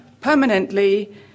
permanently